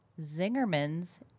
Zingerman's